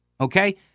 Okay